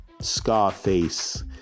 Scarface